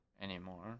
anymore